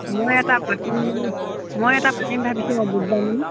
মই এটা পাতিম বুলি মই এটা পাতিম ভাবিছিলোঁ আকৌ বুধবাৰ মানে